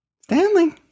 Stanley